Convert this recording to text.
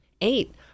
Eight